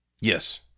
Yes